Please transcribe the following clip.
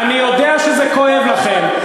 אני יודע שזה כואב לכם,